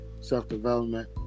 self-development